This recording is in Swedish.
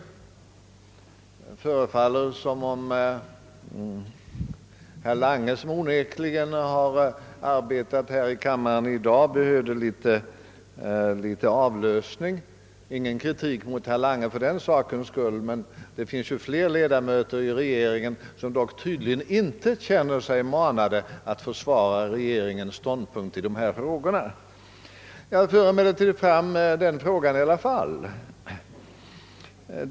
Det förefaller som om herr: Lange, vilken i dag onekligen har fått arbeta i denna kammare, behövde någon avlösning. Detta innebär ingen kritik mot herr Lange. Men det finns ju flera ledamöter i regeringen, vilka dock tydligen inte känner sig manade att försvara regeringens ståndpunkt i dessa frågor. Jag för fram frågan i alla fall.